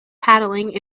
paddling